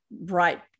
right